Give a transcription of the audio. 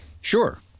Sure